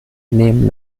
nehmen